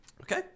Okay